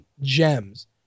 gems